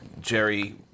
Jerry